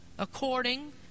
according